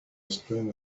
explained